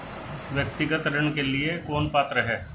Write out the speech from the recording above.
व्यक्तिगत ऋण के लिए कौन पात्र है?